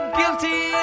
guilty